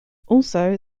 also